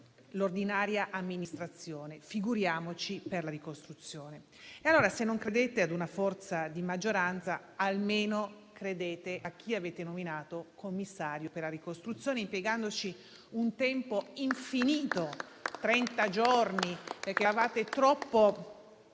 l'ordinaria amministrazione, figuriamoci per la ricostruzione. Se non credete ad una forza di opposizione, almeno credete a chi avete nominato commissario per la ricostruzione, impiegandovi un tempo infinito di trenta giorni, perché eravate troppo